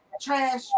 trash